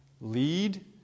Lead